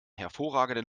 hervorragenden